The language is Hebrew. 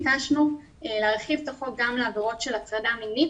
ביקשנו להרחיב את החוק גם לעבירות של הטרדה מינית,